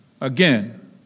Again